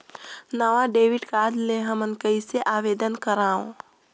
नवा debit card ले हमन कइसे आवेदन करंव?